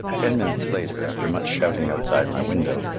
ten minutes later, after much shouting outside my window,